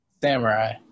Samurai